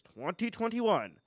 2021